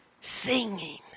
singing